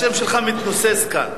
השם שלך מתנוסס כאן.